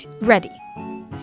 ready